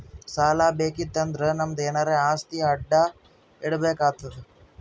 ಸಾಲಾ ಬೇಕಿತ್ತು ಅಂದುರ್ ನಮ್ದು ಎನಾರೇ ಆಸ್ತಿ ಅಡಾ ಇಡ್ಬೇಕ್ ಆತ್ತುದ್